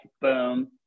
boom